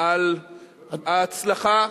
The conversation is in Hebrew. על ההצלחה,